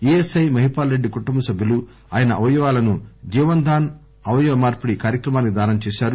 ASI Mahipal Reddy కుటుంబ సభ్యులు ఆయన అవయవాలను జీవన్ ధాస్ అవయవ మార్చిడి కార్యక్రమానికి దానం చేశారు